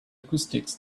acoustics